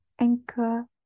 anchor